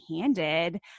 handed